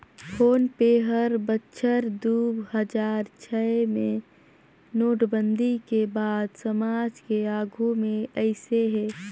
phone पे हर बछर दू हजार छै मे नोटबंदी के बाद समाज के आघू मे आइस हे